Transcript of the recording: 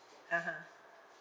(uh huh)